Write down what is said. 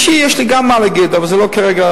על אישי יש לי גם מה להגיד, אבל זה לא המקום כרגע.